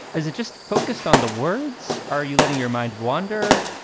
is it just focused on the words? are you letting your mind wander?